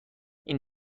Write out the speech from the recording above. این